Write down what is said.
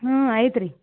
ಹ್ಞೂ ಐತ್ರಿ